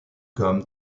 gum